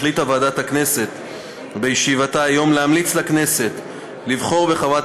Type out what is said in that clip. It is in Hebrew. החליטה ועדת הכנסת בישיבתה היום להמליץ לכנסת לבחור בחברת